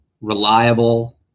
reliable